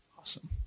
awesome